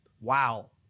Wow